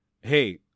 Hey